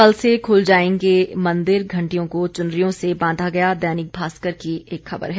कल से खुल जाएंगे मंदिर घंटियों को चुनरियों से बांधा गया दैनिक भास्कर की एक खबर है